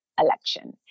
election